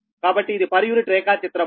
కాబట్టి ఇది per unit రేఖా చిత్రము